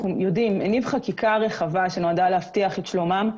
יודעים הניב חקיקה רחבה שנועדה להבטיח את שלומם,